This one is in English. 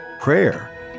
prayer